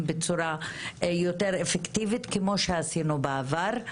בצורה אפקטיבית יותר כפי שעשינו בעבר.